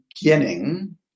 beginning